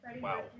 Wow